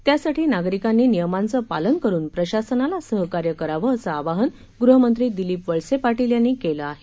त्यासाठी नागरिकांनी नियमांचं पालन करुन प्रशासनाला सहकार्य करावं असं आवाहन गृहमंत्री दिलीप वळसे पाटील यांनी केलं आहे